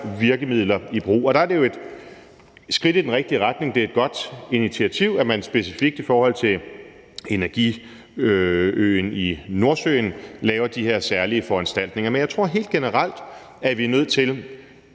virkemidler i brug. Der er det jo et skridt i den rigtige retning, det er et godt initiativ, at man specifikt i forhold til energiøen i Nordsøen laver de her særlige foranstaltninger. Men jeg tror helt generelt, at vi er nødt til